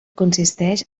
consisteix